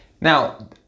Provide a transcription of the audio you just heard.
now